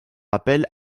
appel